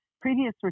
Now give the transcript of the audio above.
previous